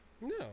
No